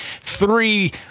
Three